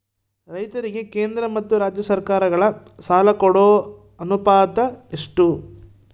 ರೈತರಿಗೆ ಕೇಂದ್ರ ಮತ್ತು ರಾಜ್ಯ ಸರಕಾರಗಳ ಸಾಲ ಕೊಡೋ ಅನುಪಾತ ಎಷ್ಟು?